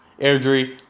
Airdrie